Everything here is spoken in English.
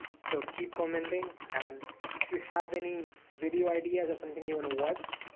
so keep commenting, and if you have any video ideas or something you wanna watch,